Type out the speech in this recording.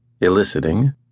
eliciting